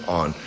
on